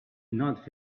not